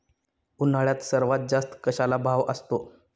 उन्हाळ्यात सर्वात जास्त कशाला भाव असतो?